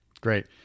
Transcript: great